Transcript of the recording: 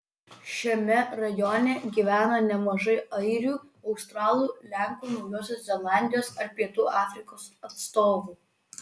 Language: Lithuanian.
šiame rajone gyvena nemažai airių australų lenkų naujosios zelandijos ar pietų afrikos atstovų